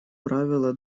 правила